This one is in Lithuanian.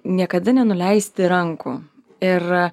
niekada nenuleisti rankų ir